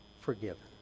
forgiven